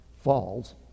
falls